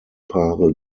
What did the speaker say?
paare